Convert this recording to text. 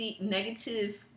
negative